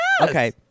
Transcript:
Okay